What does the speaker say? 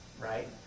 right